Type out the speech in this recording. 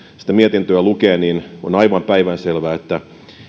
sitä mietintöä lukee niin on aivan päivänselvää että